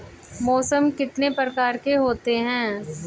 मौसम कितने प्रकार के होते हैं?